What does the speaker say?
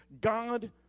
God